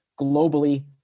globally